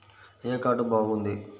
ఏ card బాగుంది?